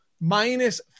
minus